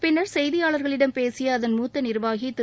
பின்னர் செய்தியாளர்களிடம் பேசிய அதன் மூத்த நிர்வாகி திரு